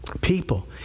people